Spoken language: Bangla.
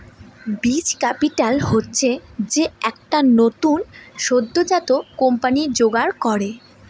বীজ ক্যাপিটাল হচ্ছে যে টাকা নতুন সদ্যোজাত কোম্পানি জোগাড় করে